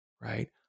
right